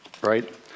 Right